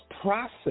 process